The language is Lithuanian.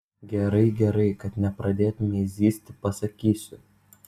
gerai gerai kad nepradėtumei zyzti pasakysiu